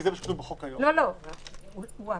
כי זה מה שכתוב בחוק היום --- הוא המקסימום,